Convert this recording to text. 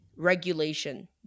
regulation